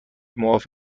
معاف